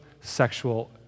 sexual